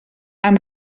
amb